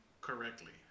correctly